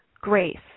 grace